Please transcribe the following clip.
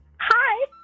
Hi